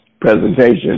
presentation